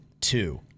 two